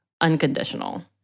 unconditional